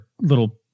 little